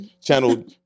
channel